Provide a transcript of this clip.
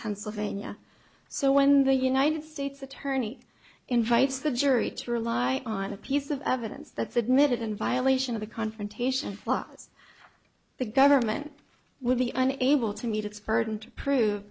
pennsylvania so when the united states attorney invites the jury to rely on a piece of evidence that's admitted in violation of the confrontation clause the government would be unable to meet